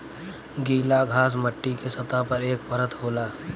गीला घास मट्टी के सतह पर एक परत होला